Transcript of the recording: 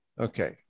Okay